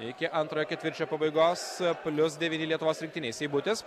iki antrojo ketvirčio pabaigos plius devyni lietuvos rinktinei seibutis